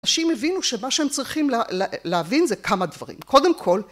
אנשים הבינו שמה שהם צריכים להבין זה כמה דברים. קודם כל,